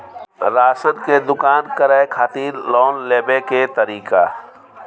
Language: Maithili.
राशन के दुकान करै खातिर लोन लेबै के तरीका?